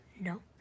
No